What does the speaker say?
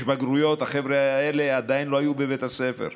יש בגרויות, והחבר'ה האלה עדיין לא היו בבית הספר.